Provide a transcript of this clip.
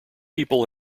people